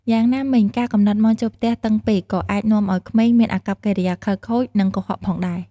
យ៉ាងណាមិញ ការកំណត់ម៉ោងចូលផ្ទះតឹងពេកក៏អាចនាំឱ្យក្មេងមានអាកប្បកិរិយាខិលខូច និងកុហកផងដែរ។